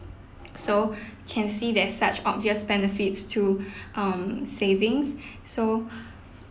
so can see that such obvious benefits to um savings so